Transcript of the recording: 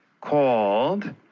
called